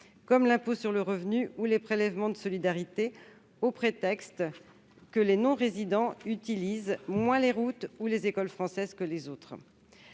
comme l'impôt sur le revenu ou les prélèvements de solidarité, au prétexte que les non-résidents utilisent moins les routes ou les écoles françaises que les autres